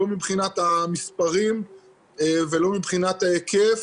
לא מבחינת המספרים ולא מבחינת ההיקף,